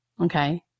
okay